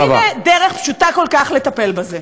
והנה, דרך פשוטה כל כך לטפל בזה.